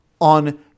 on